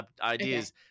ideas